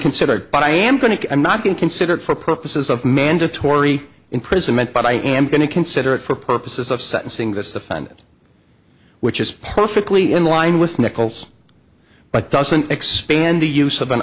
consider it but i am going to i'm not being considered for purposes of mandatory imprisonment but i am going to consider it for purposes of sentencing this to fund it which is perfectly in line with nichols but doesn't expand the use of an